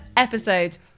episode